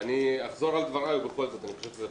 אני אחזור על דבריי ובכל זאת אני חושב שזה חשוב.